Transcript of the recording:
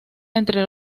entre